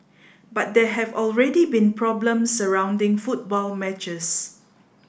but there have already been problems surrounding football matches